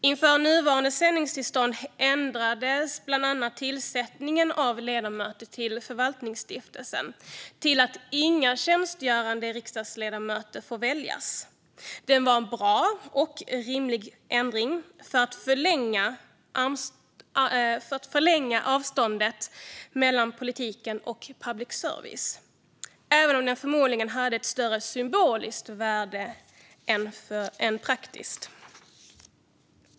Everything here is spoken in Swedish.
Inför nuvarande sändningstillstånd ändrades bland annat tillsättningen av ledamöter till Förvaltningsstiftelsen så att inga tjänstgörande riksdagsledamöter får väljas. Det var en bra och rimlig ändring för att förlänga avståndet mellan politiken och public service, även om den förmodligen hade ett större symboliskt än praktiskt värde.